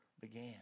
began